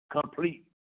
complete